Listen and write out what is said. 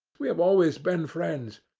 we have always been friends.